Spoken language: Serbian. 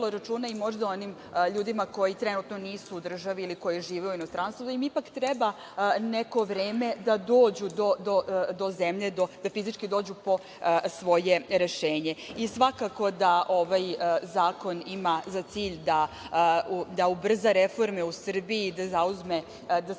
o onim ljudima koji trenutno nisu u državi, koji žive u inostranstvu, jer im ipak treba neko vreme da dođu do zemlje, da fizički dođu po svoje rešenje. Svakako da ovaj zakon ima za cilj da ubrza reforme u Srbiji, da Srbija zaume